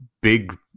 big